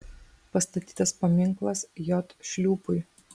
pastatytas paminklas j šliūpui